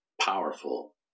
powerful